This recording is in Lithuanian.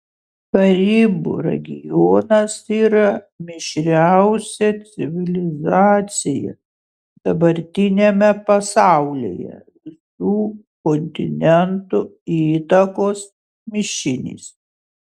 karibų regionas yra mišriausia civilizacija dabartiniame pasaulyje visų kontinentų įtakos mišinys